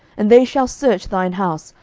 and they shall search thine house,